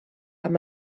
amb